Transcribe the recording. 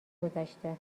گذشته